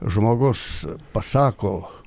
žmogus pasako